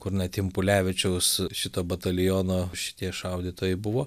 kur net impulevičiaus šito bataliono šitie šaudytojai buvo